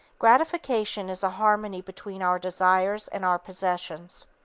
gratification is a harmony between our desires and our possessions.